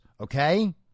Okay